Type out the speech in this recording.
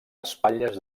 espatlles